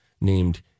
named